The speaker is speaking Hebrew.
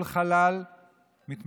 כל חלל מתמלא,